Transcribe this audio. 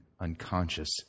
unconscious